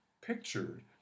pictured